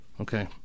Okay